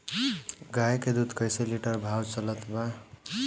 गाय के दूध कइसे लिटर भाव चलत बा?